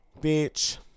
Bitch